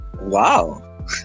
wow